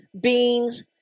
beans